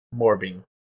Morbing